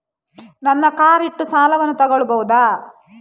ನನ್ನ ಕಾರ್ ಇಟ್ಟು ಸಾಲವನ್ನು ತಗೋಳ್ಬಹುದಾ?